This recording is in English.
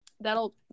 that'll